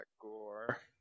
gore